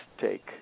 take